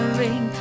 ring